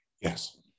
Yes